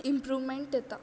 improvement येता